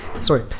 sorry